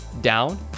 down